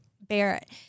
Barrett